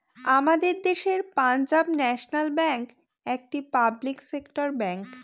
আমাদের দেশের Punjab National Bank একটি পাবলিক সেক্টর ব্যাঙ্ক